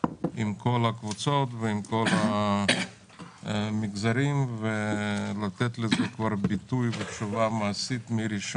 עם כל הקבוצות ועם כל המגזרים ולתת לזה כבר ביטוי ותשובה מעשית מה-1